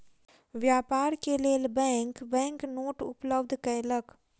व्यापार के लेल बैंक बैंक नोट उपलब्ध कयलक